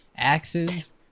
Axes